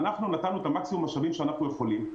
נתנו את המקסימום משאבים שאנחנו יכולים,